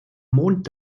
mond